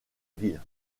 ville